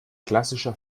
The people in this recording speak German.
klassischer